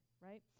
right